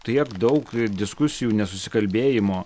tiek daug diskusijų nesusikalbėjimo